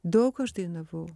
daug aš dainavau